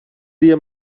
dia